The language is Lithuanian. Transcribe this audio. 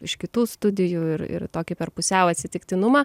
iš kitų studijų ir ir tokį per pusiau atsitiktinumą